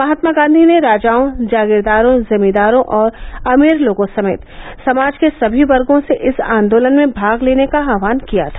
महात्मा गांधी ने राजाओं जागीरदारों जमीदारों और अमीर लोगों समेत समाज के समी वर्गों से इस आंदोलन में भाग लेने का आह्वान किया था